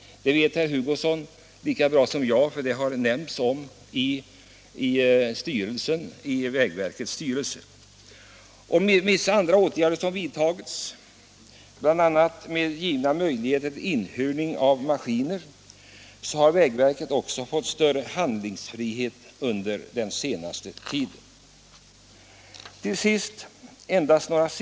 Det vet herr Hugosson lika bra som jag. Det har också omnämnts i vägverkets styrelse. På grund av vissa andra åtgärder som vidtagits, bl.a. inhyrning av maskiner, har vägverket också fått större handlingsfrihet under den senaste tiden.